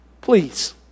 Please